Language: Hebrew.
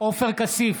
עופר כסיף,